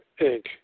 Inc